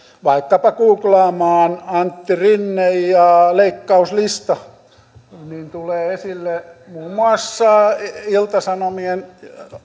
vaikkapa googlaamaan antti rinne ja leikkauslista niin tulee esille muun muassa ilta sanomien